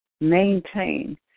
maintain